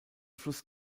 fluss